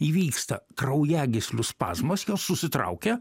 įvyksta kraujagyslių spazmas susitraukia